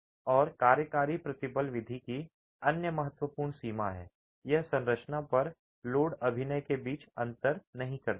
और कार्यकारी प्रतिबल विधि की अन्य महत्वपूर्ण सीमा है यह संरचना पर लोड अभिनय के बीच अंतर नहीं करता है